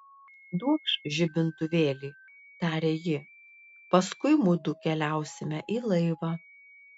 duokš žibintuvėlį tarė ji paskui mudu keliausime į laivą